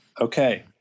okay